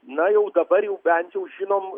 na jau dabar jau bent jau žinom